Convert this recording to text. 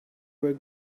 were